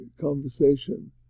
conversation